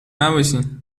نباشین